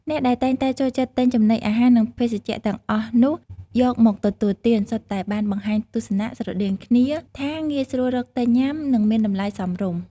អ្នកដែលតែងតែចូលចិត្តទិញចំណីអាហារ និងភេសជ្ជៈទាំងអស់នោះយកមកទទួលទាន សុទ្ធតែបានបង្ហាញទស្សនៈស្រដៀងគ្នាថា ងាយស្រួលរកទិញញុាំ និងមានតម្លៃសមរម្យ។